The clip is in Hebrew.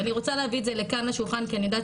ואני רוצה להביא את זה כאן לשולחן כי אני יודעת